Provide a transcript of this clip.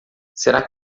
será